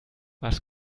was